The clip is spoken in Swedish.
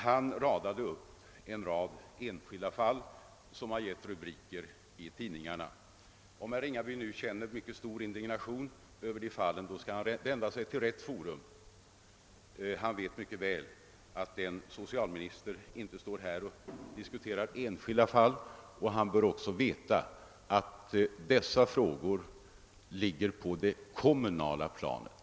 Han radade upp enskilda fall som har givit rubriker i tidningarna. Om herr Ringaby känner mycket stor indignation över dessa fall, skall han vända sig till rätt forum. Han vet mycket väl att en socialminister inte står här och diskuterar enskilda fall. Herr Ringaby bör också veta att dessa frågor ligger på det kommunala planet.